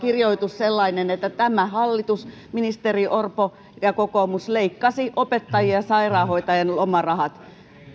sellainen että tämä hallitus ministeri orpo ja kokoomus leikkasi opettajien ja sairaanhoitajien lomarahat